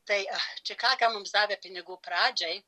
tai čikaga mums davė pinigų pradžiai